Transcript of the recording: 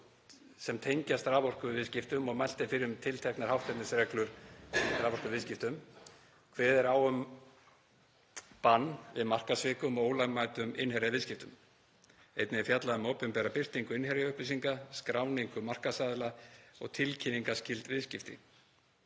sem tengjast raforkuviðskiptum og mælt fyrir um tilteknar hátternisreglur í raforkuviðskiptum. Kveðið er á um bann við markaðssvikum og ólögmætum innherjaviðskiptum. Einnig er fjallað um opinbera birtingu innherjaupplýsinga, skráningu markaðsaðila og tilkynningar viðskipta.